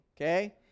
okay